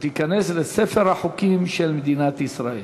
ותיכנס לספר החוקים של מדינת ישראל.